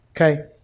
okay